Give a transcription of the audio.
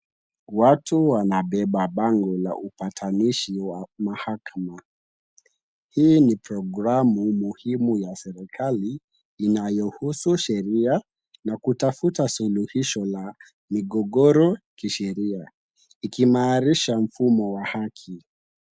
Watu wanabeba bango la upatanishi wa mahakama. Hii ni programu muhimu ya serikali inayohusu sheria na kutafuta suluhisho la migogoro kisheria, ikiimarisha mfumo wa haki.